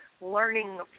learning